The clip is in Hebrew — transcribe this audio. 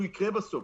הוא יקרה בסוף,